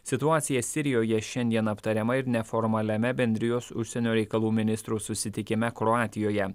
situacija sirijoje šiandien aptariama ir neformaliame bendrijos užsienio reikalų ministrų susitikime kroatijoje